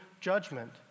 judgment